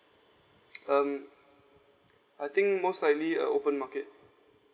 um I think most likely uh open market